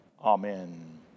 Amen